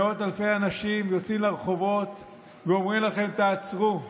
מאות אלפי אנשים יוצאים לרחובות ואומרים לכם: תעצרו.